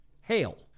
hail